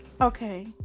Okay